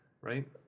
right